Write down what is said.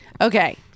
Okay